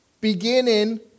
beginning